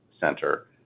center